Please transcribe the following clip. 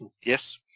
Yes